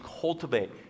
cultivate